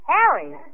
Harry